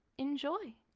enjoy!